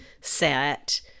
set